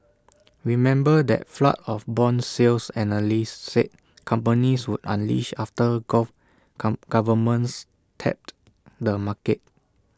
remember that flood of Bond sales analysts said companies would unleash after gulf governments tapped the market